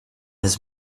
his